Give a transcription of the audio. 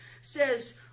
says